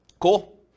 cool